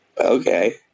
okay